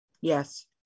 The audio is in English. Yes